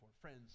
Friends